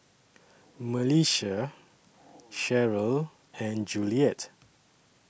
Melissia Cheryle and Juliet